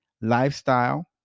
Lifestyle